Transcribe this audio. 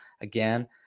again